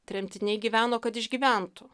tremtiniai gyveno kad išgyventų